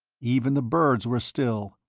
even the birds were still,